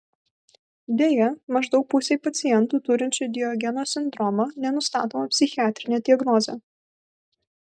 deja maždaug pusei pacientų turinčių diogeno sindromą nenustatoma psichiatrinė diagnozė